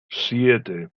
siete